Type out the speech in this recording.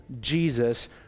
Jesus